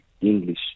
English